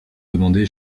demandait